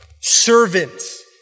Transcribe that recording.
Servants